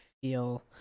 feel